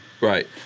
Right